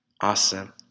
Awesome